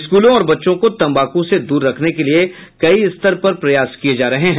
स्कूलों और बच्चों को तंबाकू से दूर रखने के लिये कई स्तर पर प्रयास किये जा रहे हैं